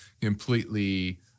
completely